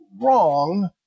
wrong